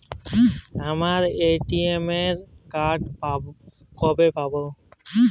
আমার ATM card কবে পাব?